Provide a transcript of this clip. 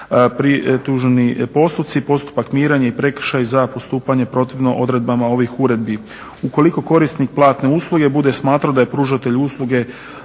tuženi postupci, postupak miran i prekršaj za postupanje protivno odredbama ovih uredbi. Ukoliko korisnik platne usluge bude smatrao da je pružatelj usluge